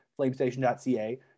Flamestation.ca